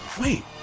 Wait